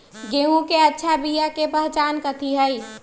गेंहू के अच्छा बिया के पहचान कथि हई?